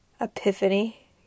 epiphany